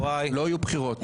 לא יהיו בחירות.